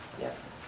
Yes